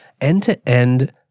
end-to-end